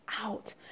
out